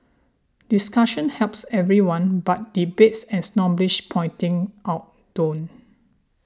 discussion helps everyone but debates and snobbish pointing out don't